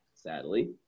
sadly